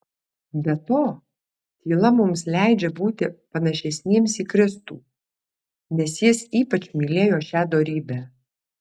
be to tyla mums leidžia būti panašesniems į kristų nes jis ypač mylėjo šią dorybę